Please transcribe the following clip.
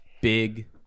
Big